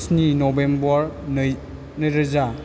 स्नि नबेम्बर नै नै रोजा